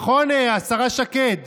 נכון, השרה שקד,